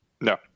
No